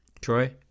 Troy